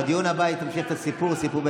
בדיון הבא היא תמשיך את הסיפור.